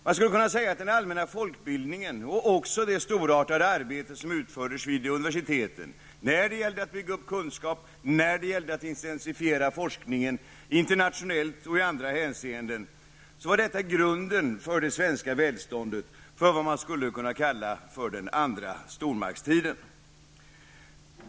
Man skulle kunna säga att den allmänna folkbildningen och även det storartade arbete som utfördes vid universiteten när det gällde att bygga upp kunskap, intensifiera forskningen internationellt och i andra hänseenden, var grunden för det svenska välståndet och för vad man skulle kunna kalla för den andra svenska stormaktstiden.